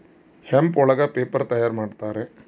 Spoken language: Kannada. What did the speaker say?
ಹೆಂಪ್ ಒಳಗ ಪೇಪರ್ ತಯಾರ್ ಮಾಡುತ್ತಾರೆ